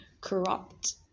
corrupt